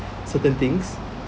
certain things